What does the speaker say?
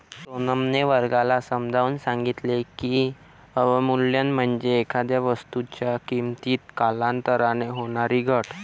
सोनमने वर्गाला समजावून सांगितले की, अवमूल्यन म्हणजे एखाद्या वस्तूच्या किमतीत कालांतराने होणारी घट